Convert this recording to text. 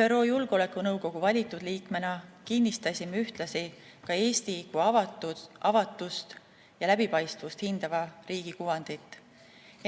ÜRO Julgeolekunõukogu valitud liikmena kinnistasime ühtlasi ka Eesti kui avatust ja läbipaistvust hindava riigi kuvandit.